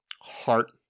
heart